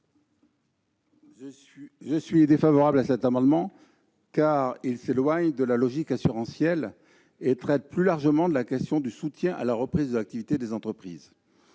? L'objet de cet amendement s'éloigne de la logique assurantielle et traite plus largement de la question du soutien à la reprise de l'activité des entreprises.